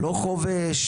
לא צריכים חובש?